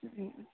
ಹ್ಞೂ